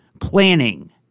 planning